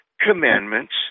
commandments